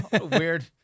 Weird